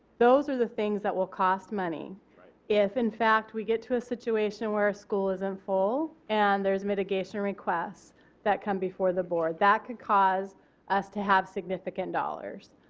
those are the things that will cost money if in fact we get to a situation where our school isn't full and there is mitigation requests that come before the board. that could cause us to have significant dollars.